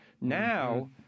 Now